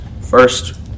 first